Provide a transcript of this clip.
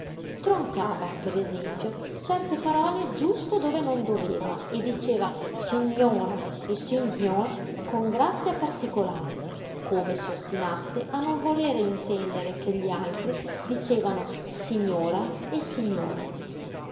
l'italiano troncava per esempio certe parole giusto dove non doveva e diceva sighnora e sighnor con grazia particolare come si ostinasse a non volere intendere che gli altri dicevano signora e signore